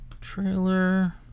trailer